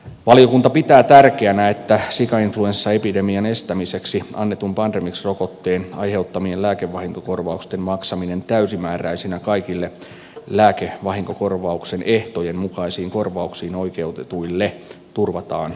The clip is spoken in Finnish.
valiokunta pitää tärkeänä että sikainfluenssaepidemian estämiseksi annetun pandemrix rokotteen aiheuttamien lääkevahinkokorvausten maksaminen täysimääräisinä kaikille lääkevahinkokorvauksen ehtojen mukaisiin korvauksiin oikeutetuille turvataan lailla